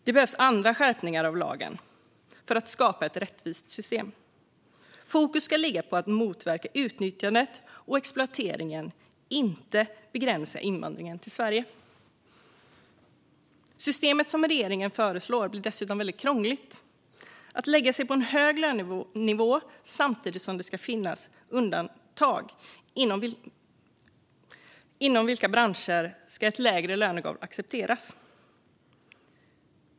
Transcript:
Det behövs andra skärpningar av lagen för att skapa ett rättvist system. Fokus ska ligga på att motverka utnyttjandet och exploateringen, inte begränsa invandringen till Sverige. Systemet som regeringen föreslår är dessutom krångligt, det vill säga att lägga sig på en hög lönenivå samtidigt som det ska finnas undantag. Inom vilka branscher ska ett lägre lönegolv accepteras?